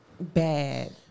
bad